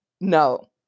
no